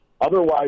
Otherwise